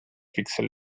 pixel